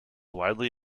widely